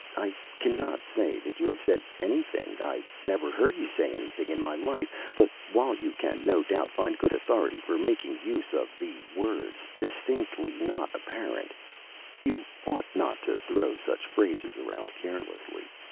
i cannot say that you have said anything. i never heard you say anything in my life but while you can no doubt find good authority for making use of the words distinctly not apparent you ought not to throw such phrases around carelessly.